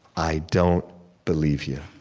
i don't believe you.